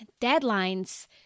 deadlines